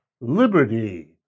liberty